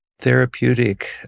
therapeutic